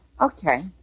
Okay